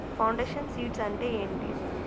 Foundation seeds అంటే ఏంటి?